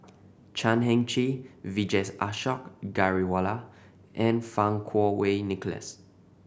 Chan Heng Chee Vijesh Ashok Ghariwala and Fang Kuo Wei Nicholas